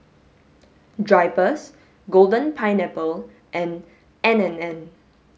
drypers golden pineapple and N and N